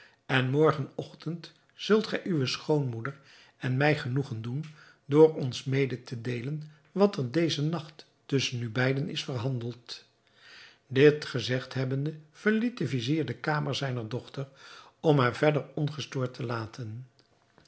en morgen ochtend zult gij uwe schoonmoeder en mij genoegen doen door ons mede te deelen wat er dezen nacht tusschen u beiden is verhandeld dit gezegd hebbende verliet de vizier de kamer zijner dochter om haar verder ongestoord te laten